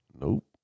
Nope